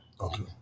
Okay